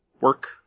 work